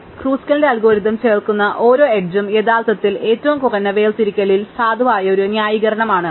അതിനാൽ ക്രൂസ്കലിന്റെ അൽഗോരിതം ചേർക്കുന്ന ഓരോ എഡ്ജ്ഉം യഥാർത്ഥത്തിൽ ഏറ്റവും കുറഞ്ഞ വേർതിരിക്കലിൽ സാധുവായ ഒരു ന്യായീകരണമാണ്